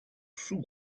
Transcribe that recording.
sous